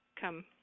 come